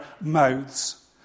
mouths